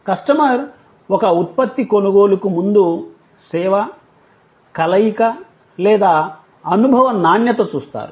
customer ఒక ఉత్పత్తి కొనుగోలుకు ముందు సేవ కలయిక లేదా అనుభవ నాణ్యత చూస్తారు